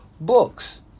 books